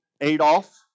Adolf